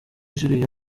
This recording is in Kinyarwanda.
ziriya